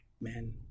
man